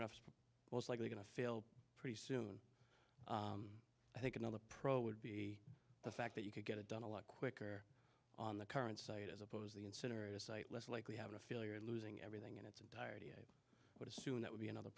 enough for most likely going to fail pretty soon i think another pro would be the fact that you could get it done a lot quicker on the current site as oppose the incinerator site less likely have to feel you're losing everything in its entirety i would assume that would be another